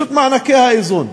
מענקי האיזון.